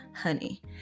honey